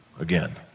again